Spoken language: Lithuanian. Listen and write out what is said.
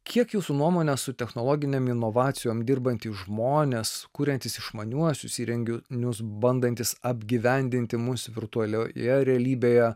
kiek jūsų nuomone su technologinėm inovacijom dirbantys žmonės kuriantys išmaniuosius įrenginius bandantys apgyvendinti mus virtualioje realybėje